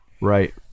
Right